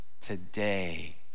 today